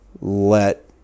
let